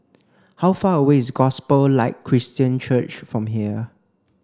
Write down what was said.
how far away is Gospel Light Christian Church from here